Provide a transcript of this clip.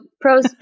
pros